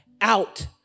out